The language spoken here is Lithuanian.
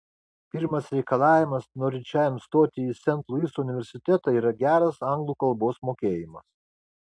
pirmas reikalavimas norinčiajam įstoti į sen luiso universitetą yra geras anglų kalbos mokėjimas